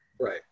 right